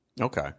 Okay